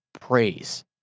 praise